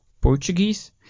Portuguese